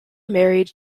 married